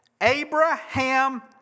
Abraham